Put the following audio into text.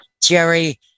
Jerry